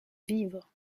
vivre